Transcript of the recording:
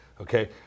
okay